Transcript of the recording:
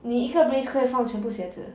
你一个 brace 可以放全部鞋子